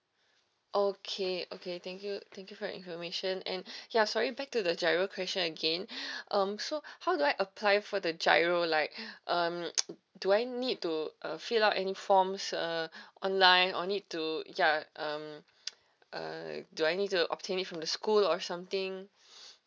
okay okay thank you thank you for the information and ya sorry back to the giro question again um so how do I apply for the giro like um do I need to uh fill up any forms uh online or need to ya um uh do I need to obtain it from the school or something